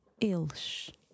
Eles